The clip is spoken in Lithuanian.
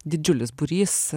didžiulis būrys